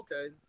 Okay